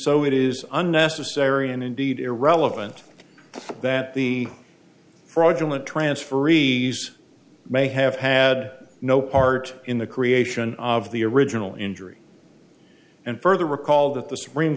so it is unnecessary and indeed irrelevant that the fraudulent transferees may have had no part in the creation of the original injury and further recall that the supreme